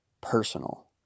personal